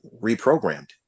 reprogrammed